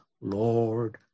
Lord